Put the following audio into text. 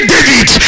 David